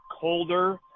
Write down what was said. colder